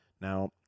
Now